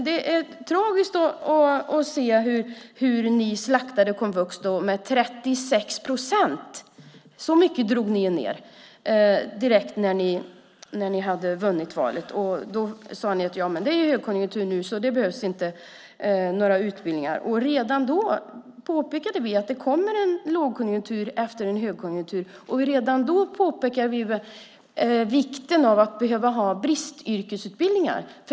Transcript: Det är tragiskt att se hur ni slaktade komvux med 36 procent. Med så mycket drog ni ned direkt när ni hade vunnit valet. Ni sade: Det är högkonjunktur nu, och därför behövs det inte några utbildningar. Redan då påpekade vi att det kommer en lågkonjunktur efter en högkonjunktur. Redan då påpekade vi vikten av att ha bristyrkesutbildningar.